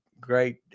great